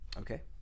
okay